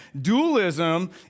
Dualism